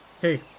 Hey